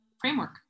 framework